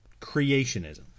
creationism